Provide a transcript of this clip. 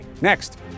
Next